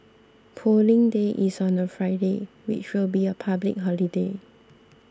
Polling Day is on a Friday which will be a public holiday